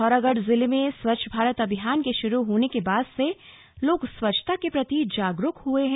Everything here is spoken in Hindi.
पिथौरागढ़ जिले में स्वच्छ भारत अभियान के शुरू होने के बाद से लोग स्वच्छता के प्रति जागरूक हुए हैं